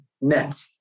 net